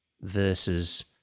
versus